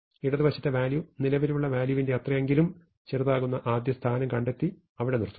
ഇടതുവശത്തെ വാല്യൂ നിലവിലുള്ള വാല്യൂവിന്റെയത്രയെങ്കിലും ചെറുതാകുന്ന ആദ്യസ്ഥാനം കണ്ടെത്തി അവിടെ നിർത്തുന്നു